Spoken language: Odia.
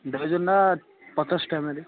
ଡେଲି ଜନଟା ପଚାଶ ଟଙ୍କା ମିଳେ